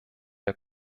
der